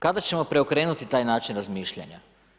Kada ćemo preokrenuti taj način razmišljanja?